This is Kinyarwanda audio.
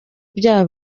byaha